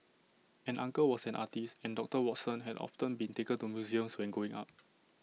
an uncle was an artist and doctor Watson had often been taken to museums when growing up